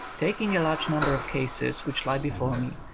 taking a large number of cases which lie before me,